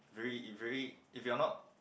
very it very if you're not